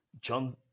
John